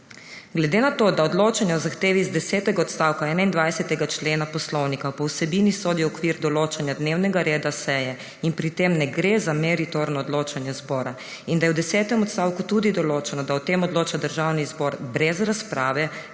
»Glede na to, da odločanje o zahtevi iz desetega odstavka 21. člena Poslovnika po vsebini sodi v okvir določanja dnevnega reda seje in pri tem ne gre za meritorno odločanje zbora in da je v desetem odstavku tudi določeno, da o tem odloča državni zbor brez razprave,